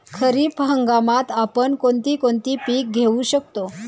खरीप हंगामात आपण कोणती कोणती पीक घेऊ शकतो?